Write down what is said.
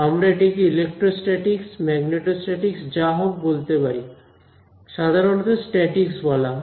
আমরা এটিকে electrostatics magnetostatics যাহোক বলতে পারি সাধারণত স্ট্যাটিকস বলা হয়